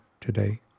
today